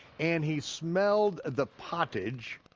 and he smelled the pottage,